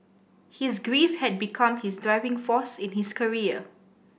his grief had become his driving force in his career